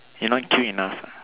you not cute enough ah